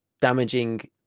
damaging